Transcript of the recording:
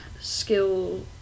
skill